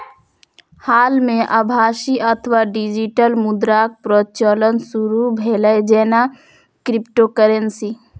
हाल मे आभासी अथवा डिजिटल मुद्राक प्रचलन शुरू भेलै, जेना क्रिप्टोकरेंसी